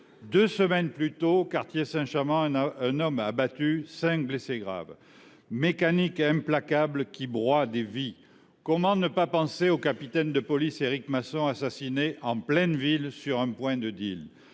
Deux semaines plus tôt, dans le quartier Saint Chamand, il y avait eu un homme abattu et cinq blessés graves. C’est une mécanique implacable qui broie des vies ! Comment ne pas penser au capitaine de police Éric Masson, assassiné en pleine ville sur un point de ?